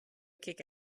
kick